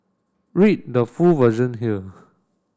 read the full version here